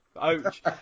ouch